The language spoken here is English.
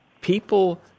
people